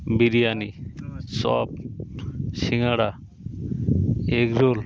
biryani chop সিঙাড়া egg roll